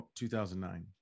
2009